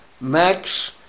Max